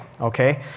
okay